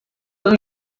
tão